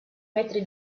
metri